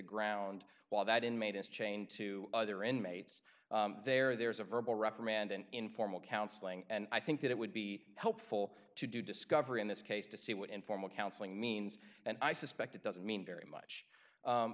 ground while that inmate is chained to other inmates there there is a verbal reprimand an informal counseling and i think that it would be helpful to do discovery in this case to see what informal counseling means and i suspect it doesn't mean very much